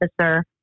officer